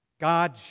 God